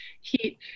Heat